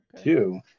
Two